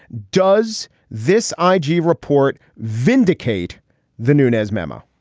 does this i g. report vindicate the nunez memo?